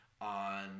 on